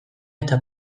eta